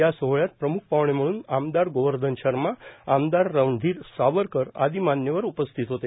या सोहळ्यात प्रम्ख पाहणे म्हणून आमदार गोवर्धन शर्मा आमदार रणधीर सावरकर आदी मान्यवर उपस्थित होते